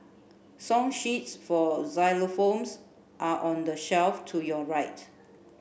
song sheets for xylophones are on the shelf to your right